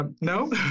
no